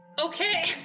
Okay